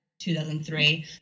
2003